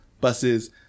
buses